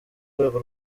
rwego